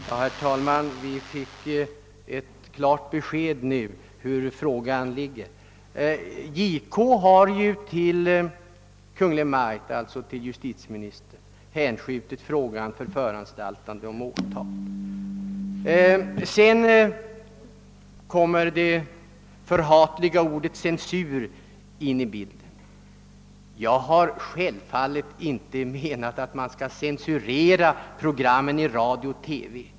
Herr talman! Vi fick nu ett klart besked om hur frågan ligger till. JK har till Kungl. Maj:t — alltså till justitieministern — hänskjutit frågan för föranstaltande om åtal. Så drog justitieministern det förhatliga ordet censur in i bilden. Jag har självfallet inte menat att man skall censurera programmen i radio och TV.